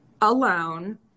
alone